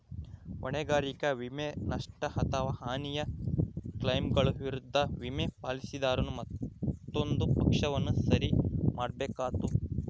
ಹೊಣೆಗಾರಿಕೆ ವಿಮೆ, ನಷ್ಟ ಅಥವಾ ಹಾನಿಯ ಕ್ಲೈಮ್ಗಳ ವಿರುದ್ಧ ವಿಮೆ, ಪಾಲಿಸಿದಾರನು ಮತ್ತೊಂದು ಪಕ್ಷವನ್ನು ಸರಿ ಮಾಡ್ಬೇಕಾತ್ತು